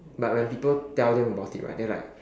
but when people tell them about it right they're like